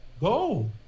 Go